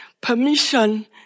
permission